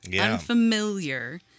unfamiliar